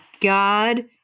God